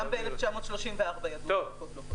כבר ב-1934 ידעו שעופות לא חולים בכלבת.